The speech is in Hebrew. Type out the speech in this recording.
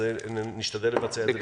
אז נשתדל לבצע את זה בשישי הבא.